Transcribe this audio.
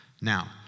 now